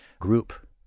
group